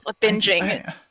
binging